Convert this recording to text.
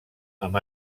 amb